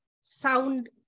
sound